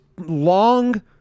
long